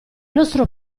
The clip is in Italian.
nostro